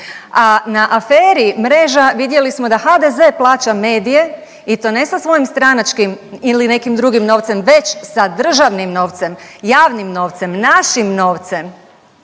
a na aferi Mreža vidjeli smo da HDZ plaća medije i to ne sa svojim stranačkim ili nekim drugim novcem već sa državnim novcem, javnim novcem, našim novcem